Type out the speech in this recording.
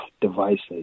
devices